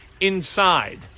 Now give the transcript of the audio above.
inside